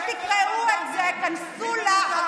מי מנותק?